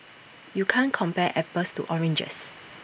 you can't compare apples to oranges